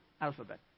alphabet